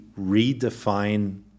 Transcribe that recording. redefine